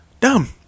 dumb